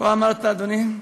כה אמרת, אדוני.